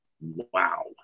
Wow